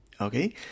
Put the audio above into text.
okay